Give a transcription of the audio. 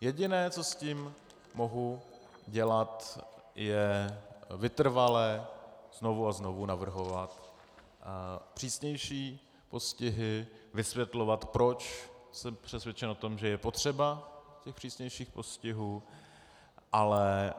Jediné, co s tím mohu dělat, je vytrvale znovu a znovu navrhovat přísnější postihy, vysvětlovat, proč jsem přesvědčen o tom, že je potřeba těch přísnějších postihů, ale